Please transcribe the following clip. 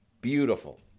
Beautiful